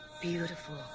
Beautiful